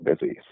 Busy